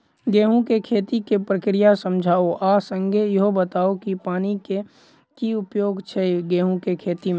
गेंहूँ केँ खेती केँ प्रक्रिया समझाउ आ संगे ईहो बताउ की पानि केँ की उपयोग छै गेंहूँ केँ खेती में?